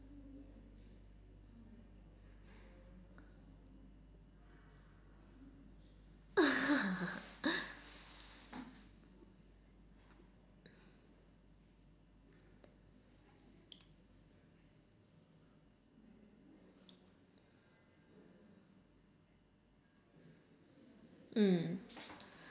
mm